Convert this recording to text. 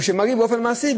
ושבאופן מעשי,